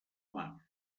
mar